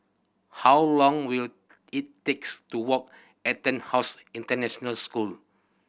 how long will it takes to walk EtonHouse International School